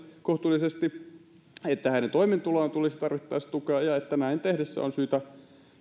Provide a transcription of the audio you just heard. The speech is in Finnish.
kohtuullisesti että heidän toimeentuloaan tulisi tarvittaessa tukea ja että näin tehdessä on syytä